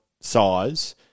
size